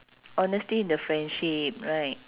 honesty the friendship right